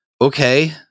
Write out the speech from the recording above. okay